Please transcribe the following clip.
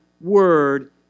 word